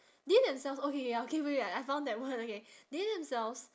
they themselves okay ya okay wait I I found that word okay they themselves